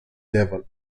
level